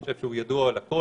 אני חושב שהוא ידוע לכול,